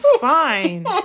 fine